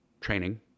training